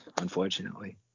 unfortunately